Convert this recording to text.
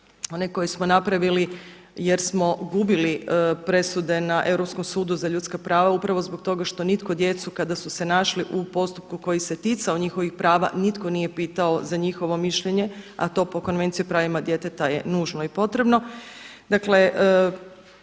onaj koji smo napravili jer smo gubili presude na Europskom sudu za ljudska prava upravo zbog toga što nitko djecu kada su se našli u postupku koji se ticao njihovih prava nitko nije pitao za njihovo mišljenje, a to po Konvenciji o pravima djeteta je nužno i potrebno.